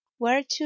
whereto